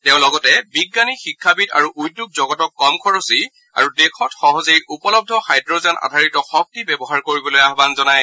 তেওঁ লগতে বিজ্ঞানী শিক্ষাবিদ আৰু উদ্যোগ জগতক কম খৰচী আৰু দেশত সহজেই উপলব্ধ হাইড্ৰজেন আধাৰিত শক্তি ব্যৱহাৰ কৰিবলৈ আহান জনায়